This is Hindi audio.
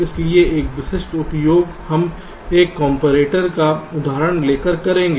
इसलिए एक विशिष्ट उपयोग हम एक कॉम्परेटर का उदाहरण लेकर करेंगे